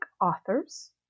authors